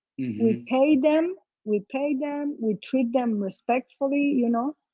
we pay them, we pay them, we treat them respectfully, you know.